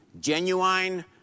Genuine